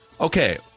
Okay